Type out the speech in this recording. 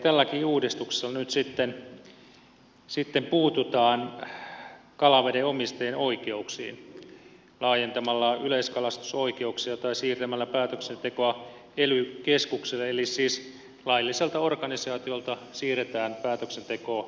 tälläkin uudistuksella nyt sitten puututaan kalaveden omistajien oikeuksiin laajentamalla yleiskalastusoikeuksia tai siirtämällä päätöksentekoa ely keskukselle eli siis lailliselta organisaatiolta siirretään päätöksentekovaltaa pois